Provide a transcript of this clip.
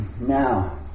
now